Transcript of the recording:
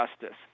justice